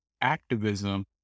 activism